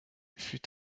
fut